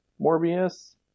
Morbius